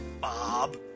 Bob